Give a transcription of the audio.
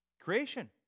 Creation